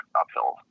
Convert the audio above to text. uphill